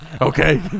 okay